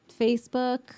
Facebook